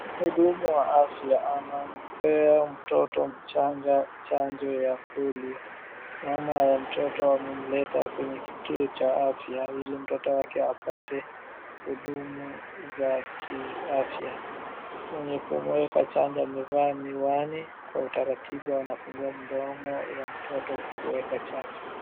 Mhudumu wa afya anampea mtoto mchanga chanjo ya Polio. Mama ya mtoto amemleta kwenye kituo cha afya ili mtoto wake apete hudumu za kiafya. Mwenye kumuweka chanjo amevaa miwani, kwa utaratibu anafunguo mdomo ya mtoto kueka chanjo.